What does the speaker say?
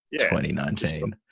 2019